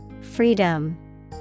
Freedom